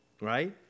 right